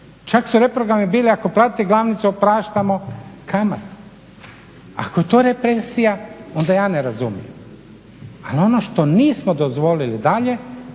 Čak su reprogrami bili, ako plati glavnicu opraštamo kamate. Ako je to represija onda ja ne razumijem. Ali ono što nismo dozvolili dalje